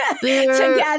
together